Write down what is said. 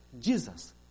Jesus